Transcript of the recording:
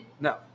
No